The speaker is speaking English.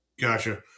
Gotcha